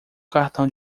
cartão